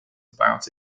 about